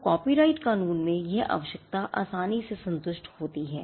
तो कॉपीराइट कानून में यह आवश्यकता आसानी से संतुष्ट होती है